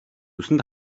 үсэнд